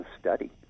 study